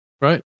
Right